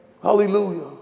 Hallelujah